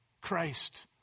Christ